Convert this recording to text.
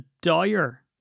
dire